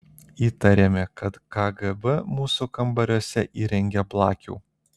įtarėme kad kgb mūsų kambariuose įrengė blakių